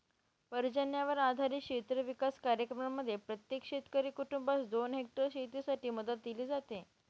पर्जन्यावर आधारित क्षेत्र विकास कार्यक्रमांमध्ये प्रत्येक शेतकरी कुटुंबास दोन हेक्टर शेतीसाठी मदत दिली जाते